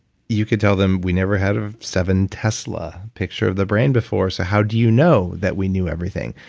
you could tell them, we never had a seven tesla picture of the brain before, so how do you know that we knew everything.